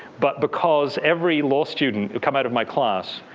but because every law student who come out of my class,